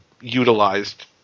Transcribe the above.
utilized